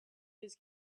his